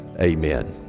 amen